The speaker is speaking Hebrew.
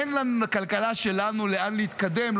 אין לכלכלה שלנו לאן להתקדם,